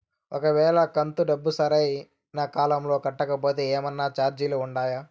ఒక వేళ కంతు డబ్బు సరైన కాలంలో కట్టకపోతే ఏమన్నా చార్జీలు ఉండాయా?